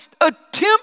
attempt